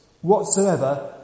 whatsoever